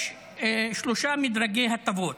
יש שלושה מדרגי הטבות: